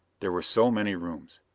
there were so many rooms.